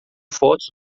fotos